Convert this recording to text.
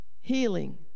healing